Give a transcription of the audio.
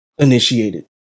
initiated